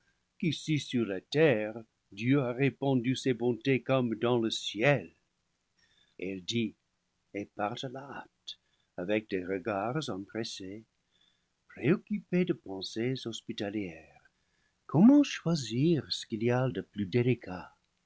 qu'ici sur la terre dieu a répandu ses bontés comme dans le ciel elle dit et part à la hâte avec des regards empressés préoccupée de pensées hospitalières comment choisir ce qu'il y a de plus délicat